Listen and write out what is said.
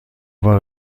war